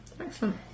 Excellent